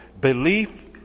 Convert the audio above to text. belief